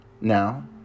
Now